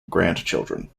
grandchildren